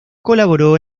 colaboró